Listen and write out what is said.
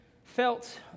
felt